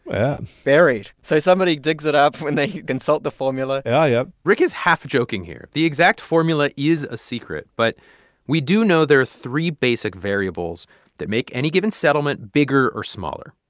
yeah buried. so somebody digs it up when they consult the formula yeah. yeah rick is half-joking here. the exact formula is a secret. but we do know there are three basic variables that make any given settlement bigger or smaller.